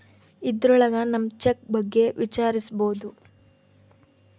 ಇದ್ರೊಳಗ ನಮ್ ಚೆಕ್ ಬಗ್ಗೆ ವಿಚಾರಿಸ್ಬೋದು